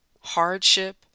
hardship